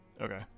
Okay